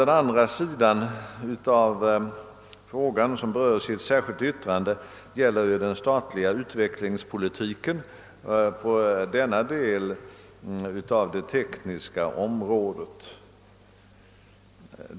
Den andra sidan av frågan, som berörs i ett särskilt yttrande, gäller den statliga utvecklingspolitiken på denna del av det tekniska området.